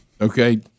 Okay